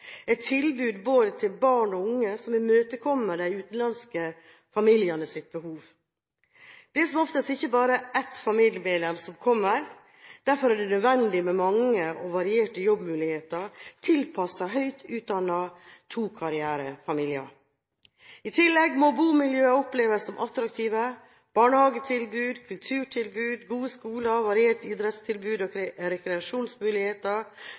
et tilbud til både barn og unge som imøtekommer de utenlandske familienes behov. Det er som oftest ikke bare ett familiemedlem som kommer. Derfor er det nødvendig med mange og varierte jobbmuligheter tilpasset høyt utdannede tokarrierefamilier. I tillegg må bomiljøene oppleves som attraktive. Barnehagetilbud, kulturtilbud, gode skoler, variert idrettstilbud og rekreasjonsmuligheter